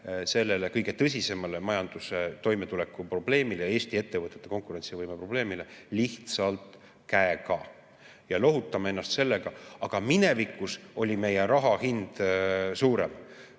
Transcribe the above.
sellele kõige tõsisemale majanduse toimetuleku probleemile ja Eesti ettevõtete konkurentsivõime probleemile lihtsalt käega ja lohutame ennast sellega, et "minevikus oli meie raha hind suurem".